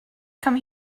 come